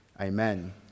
amen